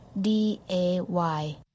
D-A-Y